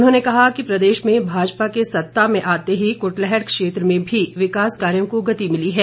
उन्होंने कहा कि प्रदेश में भाजपा के सत्ता में आते ही कुटलैहड़ क्षेत्र में भी विकास कार्यों को गति मिली है